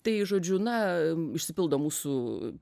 tai žodžiu na išsipildo mūsų